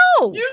No